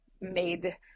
made